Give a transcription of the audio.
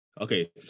Okay